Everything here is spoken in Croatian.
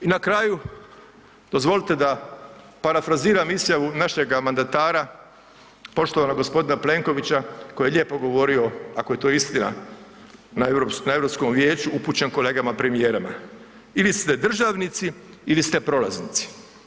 I na kraju dozvolite da parafraziram izjavu našega mandatara poštovanog gospodina Plenkovića koji je lijepo govorio, ako je to istina, na Europskom vijeću upućen kolegama premijerima, ili ste državnici ili ste prolaznici.